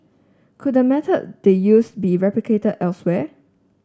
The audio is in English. could the method they used be replicated elsewhere